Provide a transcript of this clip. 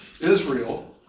Israel